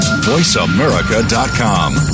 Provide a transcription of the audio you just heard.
VoiceAmerica.com